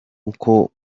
uko